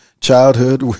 childhood